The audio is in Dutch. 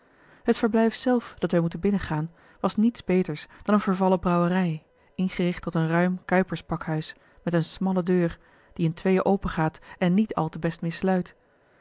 het verblijf zelf dat wij moeten binnengaan was niets beters dan eene vervallen brouwerij ingericht tot een ruim kuipers pakhuis met eene smalle deur die in tweeën opengaat en niet al te best